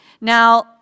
Now